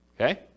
okay